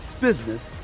business